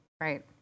Right